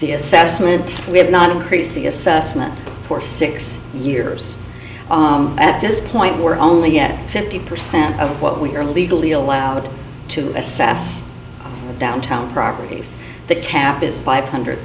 the assessment we have not increased the assessment for six years at this point we're only at fifty percent of what we are legally allowed to assess the downtown properties the cap is five hundred